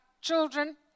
children